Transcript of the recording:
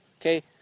okay